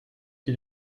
qui